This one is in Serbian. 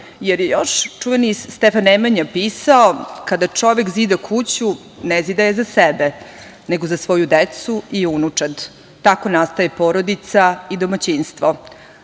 je čuveni Stefan Nemanja pisao: „Kada čovek zida kuću, ne zida je za sebe, nego za svoju decu i unučad. Tako nastaje porodica i domaćinstvo.